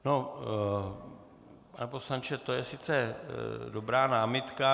No, pane poslanče, to je sice dobrá námitka.